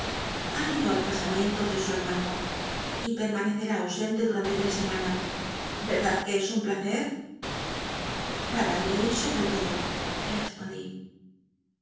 ha ido al casamiento de su hermano y permanccer i ausente durante tres semanas verdad que es un placer para mí solwc lodo le respond